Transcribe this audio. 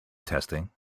testing